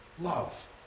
love